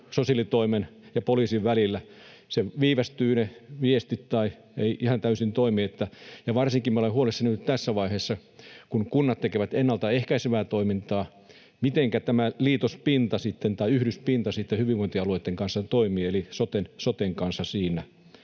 sosiaalitoimen ja poliisin välillä. Viestit viivästyvät, tai ei ihan täysin toimi. Ja varsinkin minä olen huolissani nyt tässä vaiheessa, kun kunnat tekevät ennaltaehkäisevää toimintaa, että mitenkä tämä liitospinta tai yhdyspinta sitten hyvinvointialueitten kanssa toimii eli soten kanssa siinä.